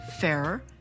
fairer